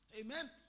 Amen